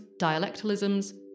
dialectalisms